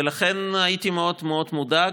ולכן הייתי מאוד מאוד מודאג.